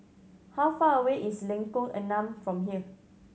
how far away is Lengkong Enam from here